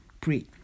pray